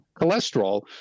cholesterol